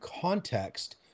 context